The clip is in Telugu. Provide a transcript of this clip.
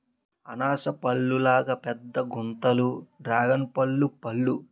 అనాస పల్లులాగా పెద్దగుంతాయి డ్రేగన్పల్లు పళ్ళు